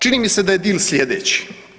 Čini mi se da je deal slijedeći.